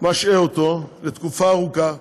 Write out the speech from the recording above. משעה אותו לתקופה ארוכה,